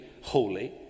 holy